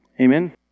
amen